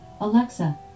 Alexa